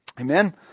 Amen